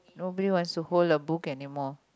nobody wants to hold a book anymore